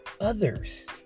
others